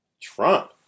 Trump